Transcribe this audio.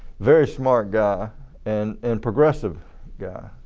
very smart guy and and progressive guy.